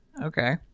Okay